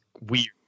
weird